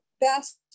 best